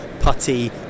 putty